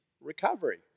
recovery